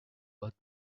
but